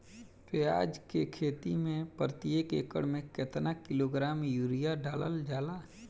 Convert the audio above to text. प्याज के खेती में प्रतेक एकड़ में केतना किलोग्राम यूरिया डालल जाला?